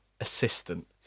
assistant